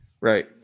Right